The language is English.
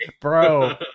Bro